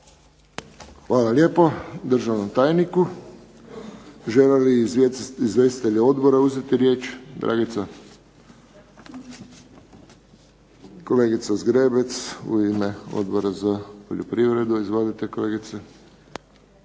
Hvala lijepo državnom tajniku. Žele li izvjestitelji odbora uzeti riječ? Dragica? Kolegica Zgrebec u ime Odbora za poljoprivredu. Izvolite kolegice.